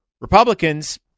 Republicans